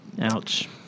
Ouch